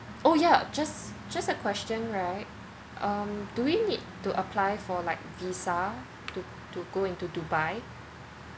oh ya just just a question right um do we need to apply for like visa to to go into dubai